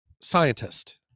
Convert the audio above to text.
scientist